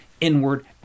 inward